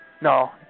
No